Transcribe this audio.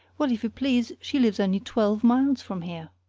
well, if you please, she lives only twelve miles from here.